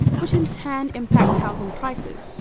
which in turn impacts housing prices.